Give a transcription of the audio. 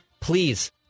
please